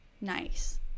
nice